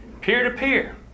peer-to-peer